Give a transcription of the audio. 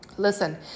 Listen